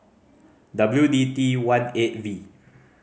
W D T one eight V